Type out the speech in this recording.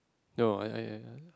no I I I